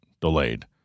delayed